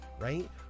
right